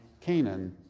Canaan